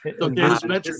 Okay